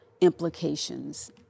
implications